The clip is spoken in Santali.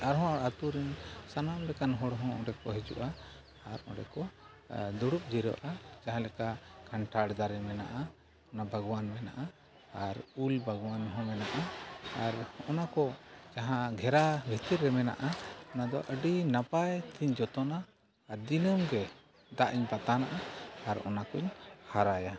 ᱟᱨᱦᱚᱸ ᱟᱹᱛᱩ ᱨᱮᱱ ᱥᱟᱱᱟᱢ ᱞᱮᱠᱟᱱ ᱦᱚᱲ ᱦᱚᱸ ᱚᱸᱰᱮ ᱠᱚ ᱦᱤᱡᱩᱜᱼᱟ ᱟᱨ ᱚᱸᱰᱮ ᱠᱚ ᱫᱩᱲᱩᱵ ᱡᱤᱨᱟᱹᱜᱼᱟ ᱡᱟᱦᱟᱸ ᱞᱮᱠᱟ ᱠᱟᱱᱴᱷᱟᱲ ᱫᱟᱨᱮ ᱢᱮᱱᱟᱜᱼᱟ ᱚᱱᱟ ᱵᱟᱜᱟᱱ ᱢᱮᱱᱟᱜᱼᱟ ᱟᱨ ᱩᱞ ᱵᱟᱜᱽᱣᱟᱱ ᱦᱚᱸ ᱢᱮᱱᱟᱜᱼᱟ ᱟᱨ ᱚᱱᱟ ᱠᱚ ᱡᱟᱦᱟᱸ ᱜᱷᱮᱨᱟ ᱵᱷᱤᱛᱤᱨ ᱨᱮ ᱢᱮᱱᱟᱜᱼᱟ ᱚᱱᱟ ᱫᱚ ᱟᱹᱰᱤ ᱱᱟᱯᱟᱭ ᱛᱤᱧ ᱡᱚᱛᱚᱱᱟ ᱟᱨ ᱫᱤᱱᱟᱹᱢ ᱜᱮ ᱫᱟᱜ ᱤᱧ ᱵᱟᱛᱟᱱᱟᱜᱼᱟ ᱟᱨ ᱚᱱᱟ ᱠᱚᱧ ᱦᱟᱨᱟᱭᱟ